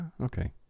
okay